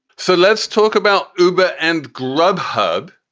so let's talk about uber and grubhub,